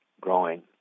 growing